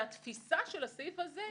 התפישה של הסעיף הזה-